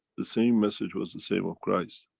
the same message, was the same of christ.